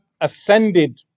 ascended